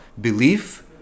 belief